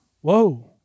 Whoa